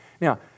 Now